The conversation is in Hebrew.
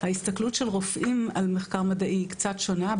ההסתכלות של רופאים על מחקר מדעי היא קצת שונה.